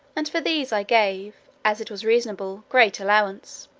and for these i gave, as it was reasonable, great allowance.